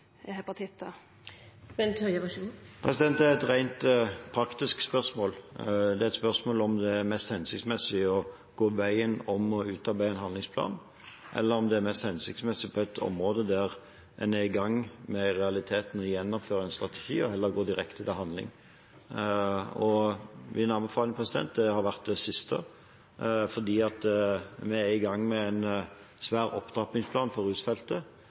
det er mest hensiktsmessig å gå veien om å utarbeide en handlingsplan, eller om det er mest hensiktsmessig – på et område der en i realiteten er i gang med å gjennomføre en strategi – heller å gå direkte til handling. Min anbefaling har vært det siste, for vi er i gang med en svær opptrappingsplan for rusfeltet